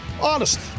Honest